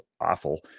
awful